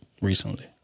recently